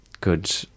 good